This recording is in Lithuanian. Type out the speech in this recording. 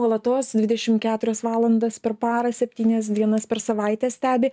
nuolatos dvidešim keturias valandas per parą septynias dienas per savaitę stebi